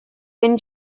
wyn